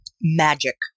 magic